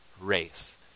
race